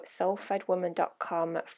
soulfedwoman.com